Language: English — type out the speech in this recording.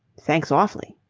thanks awfully.